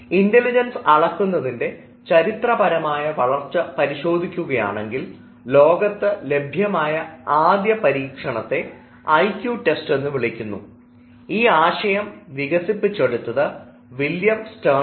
intelligence അളക്കുന്നതിന്റെ ചരിത്രപരമായ വളർച്ച പരിശോധിക്കുകയാണെങ്കിൽ ലോകത്ത് ലഭ്യമായ ആദ്യ പരീക്ഷണതെ ഐക്യു ടെസ്റ്റ് എന്ന് വിളിക്കുന്നു ഈ ആശയം വികസിപ്പിച്ചെടുത്തത് വില്യം സ്റ്റെർനാണ്